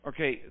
Okay